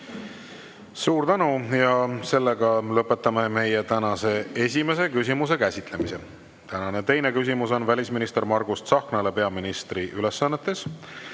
Suur tänu! Lõpetan meie tänase esimese küsimuse käsitlemise. Tänane teine küsimus on välisminister Margus Tsahknale peaministri ülesannetes.